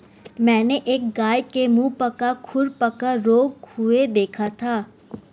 मैंने एक गाय के मुहपका खुरपका रोग हुए देखा था